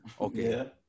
Okay